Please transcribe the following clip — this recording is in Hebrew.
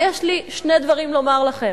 יש לי שני דברים לומר לכם.